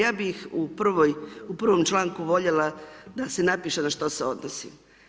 Ja bi u prvom članku voljela, da se napiše ono na što se odnosi.